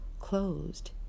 closed